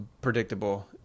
predictable